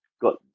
got